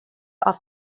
off